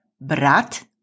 brat